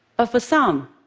ah for some,